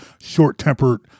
short-tempered